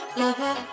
lover